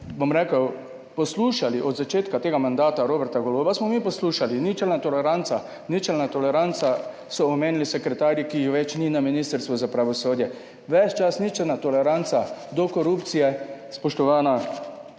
bom rekel, poslušali, od začetka tega mandata Roberta Goloba smo mi poslušali, ničelna toleranca, ničelna toleranca, so omenili sekretarji, ki ju več ni na Ministrstvu za pravosodje, ves čas ničelna toleranca do korupcije, spoštovana